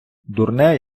дурне